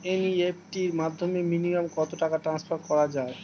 NEFT র মাধ্যমে minimum কত টাকা ট্রান্সফার করা যায়?